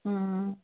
ওম